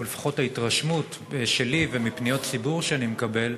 או לפחות ההתרשמות שלי ומפניות ציבור שאני מקבל,